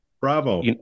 bravo